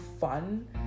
fun